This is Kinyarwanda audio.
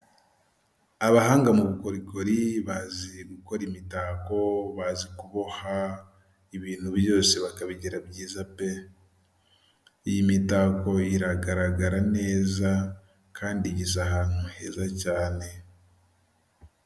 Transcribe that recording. Abahanga mu bukorikori bazi gukora imitako, bazi kuboha, ibintu byose bakabigira byiza pe! Iyi mitako iragaragara neza, kandi igezeze ahantu heza cyane.